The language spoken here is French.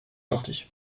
sortis